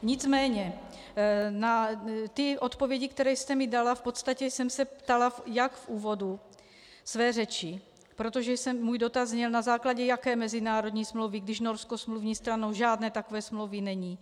Nicméně na odpovědi, které jste mi dala v podstatě jsem se ptala jak v úvodu své řeči, protože můj dotaz zněl: na základě jaké mezinárodní smlouvy, když Norsko smluvní stranou žádné takové smlouvy není.